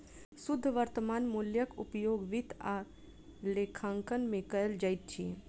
शुद्ध वर्त्तमान मूल्यक उपयोग वित्त आ लेखांकन में कयल जाइत अछि